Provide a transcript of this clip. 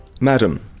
Madam